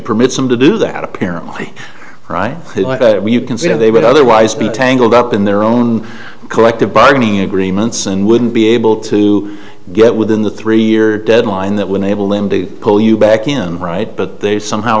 permits them to do that apparently when you consider they would otherwise be tangled up in their own collective bargaining agreements and wouldn't be able to get within the three year deadline that when able to pull you back in right but they somehow